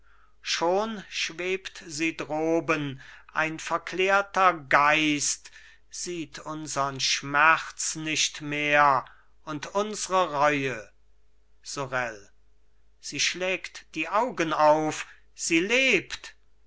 schon schwebt sie droben ein verklärter geist sieht unsern schmerz nicht mehr und unsre reue sorel sie schlägt die augen auf sie lebt